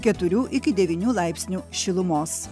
keturių iki devynių laipsnių šilumos